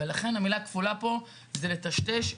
המילה כפולה פה זה לטשטש.